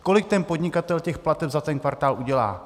Kolik ten podnikatel těch plateb za kvartál udělá?